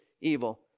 evil